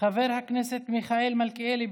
חברת הכנסת מאי גולן,